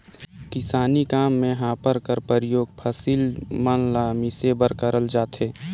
किसानी काम मे हापर कर परियोग फसिल मन ल मिसे बर करल जाथे